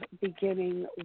beginning